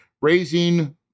Raising